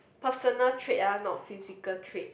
personal trait ah not physical trait